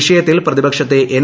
വിഷയത്തിൽ പ്രതിപക്ഷത്തെ ്എൻ